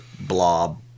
blob